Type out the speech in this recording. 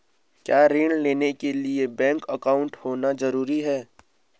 क्या ऋण लेने के लिए बैंक अकाउंट होना ज़रूरी है?